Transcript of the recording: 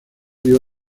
dio